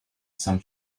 some